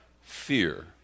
fear